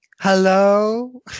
hello